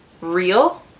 real